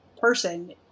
person